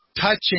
touching